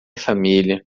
família